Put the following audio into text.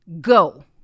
go